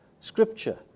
scripture